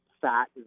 fat